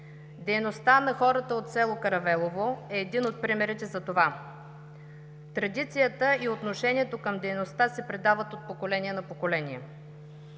Дейността на хората от село Каравелово е един от примерите за това. Традициите и отношението към дейността се предават от поколение на поколение.